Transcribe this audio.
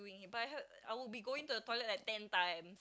but I heard I will be going to the toilet at ten time